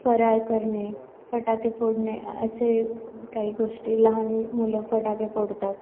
फराळ करणे फटाके फोडणे असे काही गोष्टी लहान मुलं फटाके फोडतात